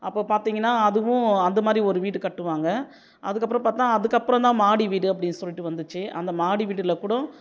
அப்போ பார்த்தீங்கன்னா அதுவும் அந்த மாதிரி ஒரு வீடு கட்டுவாங்கள் அதுக்கப்புறம் பார்த்தா அதுக்கப்புறம் தான் மாடி வீடு அப்படின்னு சொல்லிட்டு வந்துச்சு அந்த மாடி வீட்டில் கூட